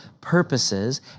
purposes